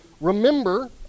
remember